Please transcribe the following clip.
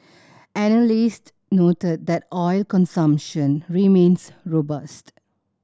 analyst noted that oil consumption remains robust